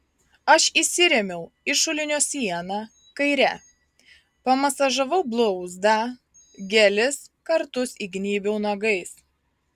aš įsirėmiau į šulinio sieną kaire pamasažavau blauzdą gelis kartus įgnybiau nagais